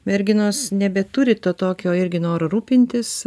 merginos nebeturi to tokio irgi noro rūpintis